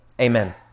Amen